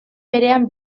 berean